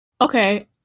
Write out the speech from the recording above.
Okay